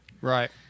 Right